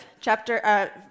chapter